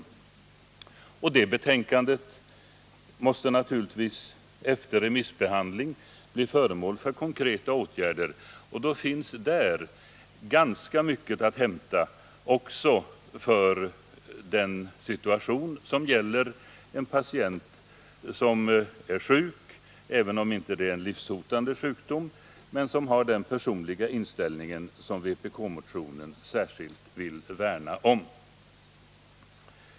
Detta betänkande måste naturligtvis efter remissbehandling bli föremål för konkreta åtgärder. Då finns där ganska mycket att hämta också för den situation som gäller en patient som är sjuk — även om det inte är en livshotande sjukdom — och har den personliga inställning som vpk-motionen särskilt vill värna om.